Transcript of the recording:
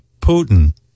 Putin